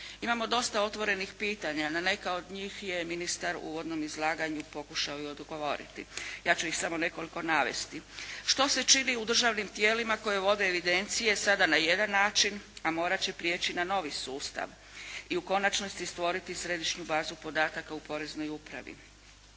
Imamo dosta otvorenih pitanja, na neka od njih je ministar u uvodnom izlaganju pokušao i odgovoriti. Ja ću ih samo nekoliko navesti. Što se čini u državnim tijelima koje vode evidencije sada na jedan način, a morat će prijeći na novi sustav i u konačnosti stvoriti središnju bazu podataka u poreznoj upravi?